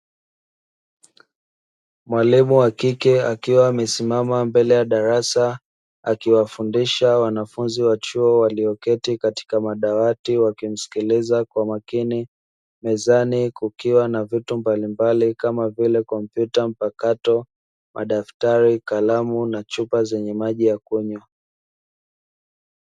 Mwalimu wa kike akiwa amesimama mbele ya darasa akiwafundisha wanafunzi wa chuo walioketi katika madawati wakimsikiliza kwa makini. Mezani kukiwa na vitu mbalimbali kama vile kompyuta mpakato, madaftari, kalamu na chupa zenye maji ya kunywa.